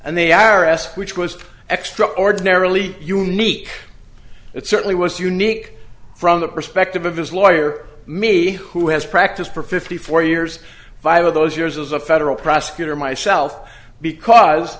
and the arris which was extraordinarily unique it certainly was unique from the perspective of his lawyer me who has practiced for fifty four years five of those years as a federal prosecutor myself because